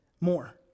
more